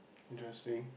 interesting